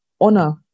honor